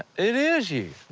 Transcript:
it is you!